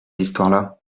histoires